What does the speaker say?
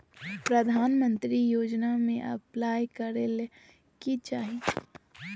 प्रधानमंत्री योजना में अप्लाई करें ले की चाही?